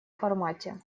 формате